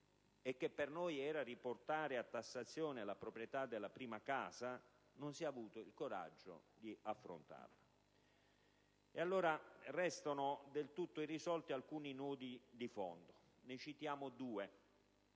è il fatto di riportare a tassazione la proprietà della prima casa, non si è avuto il coraggio di affrontarla. Allora, restano del tutto irrisolti alcuni nodi di fondo. Ne cito due: